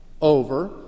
over